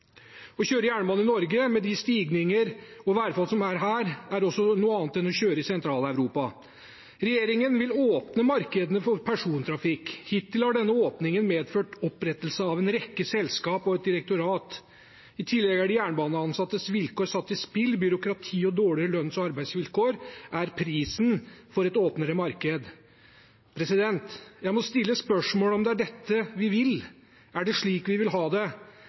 Å kjøre jernbane i Norge med de stigninger og værforhold som er her, er også noe annet enn å kjøre i Sentral-Europa. Regjeringen vil åpne markedene for persontrafikk. Hittil har denne åpningen medført opprettelse av en rekke selskap og et direktorat. I tillegg er de jernbaneansattes vilkår satt i spill. Byråkrati og dårligere lønns- og arbeidsvilkår er prisen for et åpnere marked. Jeg må stille spørsmål om det er dette vi vil: Er det slik vi vil ha det?